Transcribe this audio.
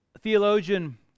Theologian